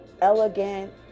elegant